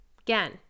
Again